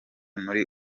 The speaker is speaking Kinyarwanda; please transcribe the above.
muri